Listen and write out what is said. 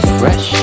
fresh